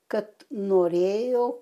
kad norėjo